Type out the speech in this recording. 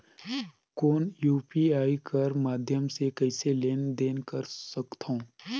कौन यू.पी.आई कर माध्यम से कइसे लेन देन कर सकथव?